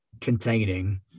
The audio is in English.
containing